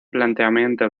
planteamiento